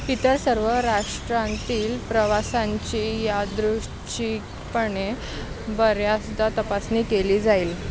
इतर सर्व राष्ट्रांतील प्रवासांची यादृच्छिकपणे बऱ्याचदा तपासणी केली जाईल